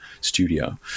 studio